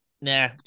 nah